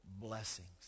blessings